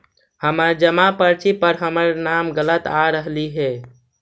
हमर जमा पर्ची पर हमर नाम गलत आ रहलइ हे